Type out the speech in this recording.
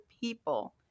people